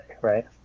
right